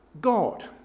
God